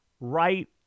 right